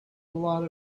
lot